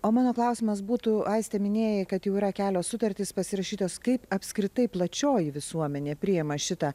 o mano klausimas būtų aiste minėjai kad jau yra kelios sutartys pasirašytos kaip apskritai plačioji visuomenė priima šitą